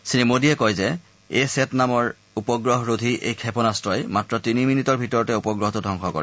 শ্ৰীমোদীয়ে কয় যে এ চেট নামৰ উপগ্ৰহৰোধী এই ক্ষেপণাব্ৰই মাত্ৰ তিনি মিনিটৰ ভিতৰতে উপগ্ৰহটো ধবংস কৰে